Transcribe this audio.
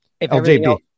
LJB